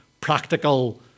practical